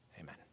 Amen